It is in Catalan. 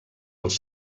els